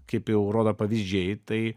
kaip jau rodo pavyzdžiai tai